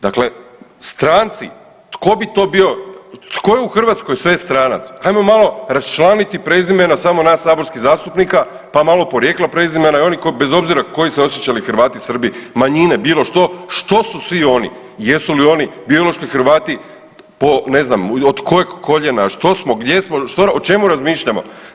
Dakle, stranci, tko bi to bio, tko je u Hrvatskoj sve stranac, hajmo malo raščlaniti prezimena samo nas saborskih zastupnika, pa malo porijekla prezimena i oni bez obzira koji se osjećali Hrvati, Srbi, manjine, bilo što, što su svi oni, jesu li oni biološki Hrvati po ne znam od kojeg koljena, što smo, gdje smo, o čemu razmišljamo.